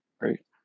Right